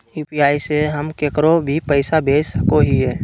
UPI से हम केकरो भी पैसा भेज सको हियै?